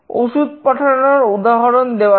ওষুধ পাঠানোর উদাহরণ দেওয়া যাক